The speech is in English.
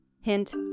Hint